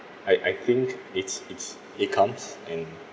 I I think it's it's it comes and